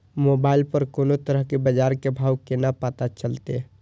Mobile पर कोनो तरह के बाजार के भाव केना पता चलते?